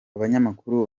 abanyamakuru